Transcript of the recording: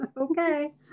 Okay